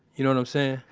you know what i'm saying?